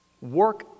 work